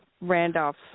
Randolph